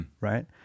right